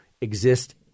exist